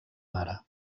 mare